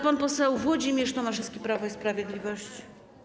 Pan poseł Włodzimierz Tomaszewski, Prawo i Sprawiedliwość.